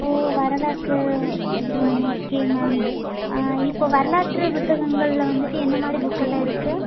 ஓ வரலாற்று ம் okay ma'am இப்போ வரலாற்று புத்தகங்களில் வந்துட்டு என்னமாதிரி புக்கெல்லாம் இருக்குது